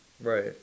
Right